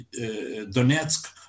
Donetsk